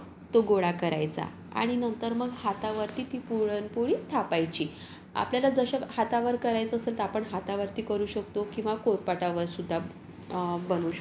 तो गोळा करायचा आणि नंतर मग हातावरती ती पुरणपोळी थापायची आपल्याला जसे हातावर करायचं असेल तर आपण हातावरती करू शकतो किंवा कोळपाटावर सुद्धा बनवू शकतो